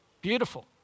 Beautiful